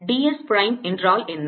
D s prime என்றால் என்ன